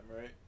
right